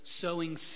sowing